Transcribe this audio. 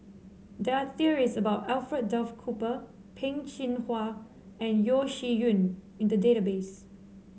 there are stories about Alfred Duff Cooper Peh Chin Hua and Yeo Shih Yun in the database